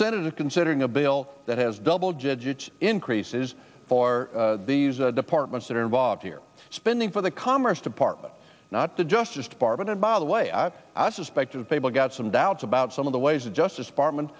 senate is considering a bill that has double jeje increases for these departments that are involved here spending for the commerce department not the justice department and by the way i suspect of people got some doubts about some of the ways the justice department